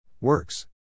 Works